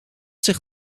zich